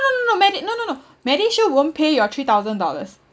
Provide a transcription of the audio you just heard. no no no medi~ no no no MediShield won't pay your three thousand dollars